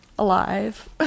alive